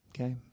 Okay